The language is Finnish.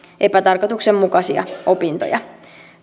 epätarkoituksenmukaisia opintoja